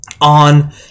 on